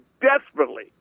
desperately